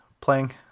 playing